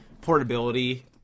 portability